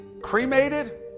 cremated